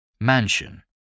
Mansion